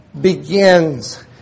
begins